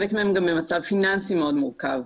חלק מהן גם במצב פיננסי מאוד מורכב.